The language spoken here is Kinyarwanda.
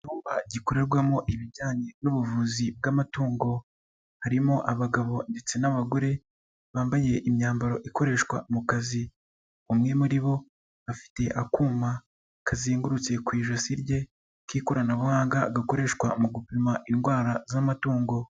Icyumba gikorerwamo ibijyanye n'ubuvuzi bw'amatungo, harimo abagabo ndetse n'abagore, bambaye imyambaro ikoreshwa mu kazi, umwe muri bo afite akuma kazengurutse ku ijosi rye k'ikoranabuhanga gakoreshwa mu gupima indwara z'amatungo.